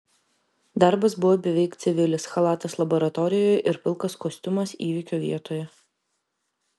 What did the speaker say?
darbas buvo beveik civilis chalatas laboratorijoje ir pilkas kostiumas įvykio vietoje